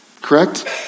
correct